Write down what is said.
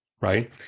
right